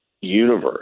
universe